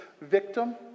victim